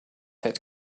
had